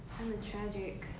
kinda tragic so what 我问你